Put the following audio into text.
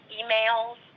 emails